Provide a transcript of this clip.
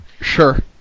sure